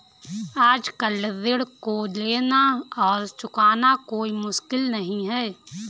आजकल ऋण को लेना और चुकाना कोई मुश्किल नहीं है